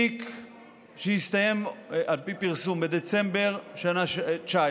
תיק שהסתיים, על פי פרסום, בדצמבר 2019,